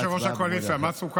אדוני יושב-ראש הקואליציה, מה סוכם?